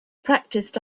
practiced